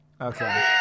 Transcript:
Okay